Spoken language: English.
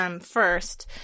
First